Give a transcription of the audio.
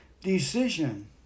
Decision